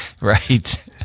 Right